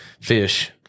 fish